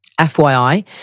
FYI